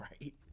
Right